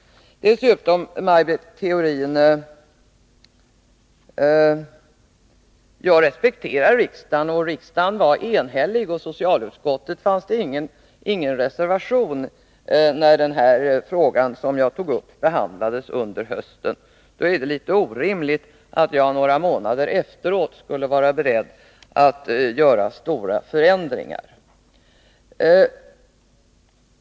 Dessutom respekterar jag riksdagen, Maj Britt Theorin, och riksdagen var enhällig. I socialutskottet fanns det ingen reservation när den här frågan behandlades under hösten. Då är det orimligt att tänka sig att jag några månader efteråt skulle vara beredd att företa stora förändringar.